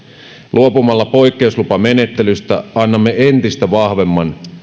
luopumalla poikkeuslupamenettelystä annamme entistä vahvemman